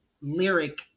lyric